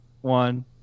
one